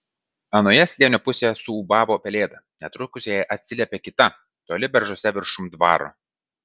anoje slėnio pusėje suūbavo pelėda netrukus jai atsiliepė kita toli beržuose viršum dvaro